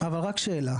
אבל רק שאלה,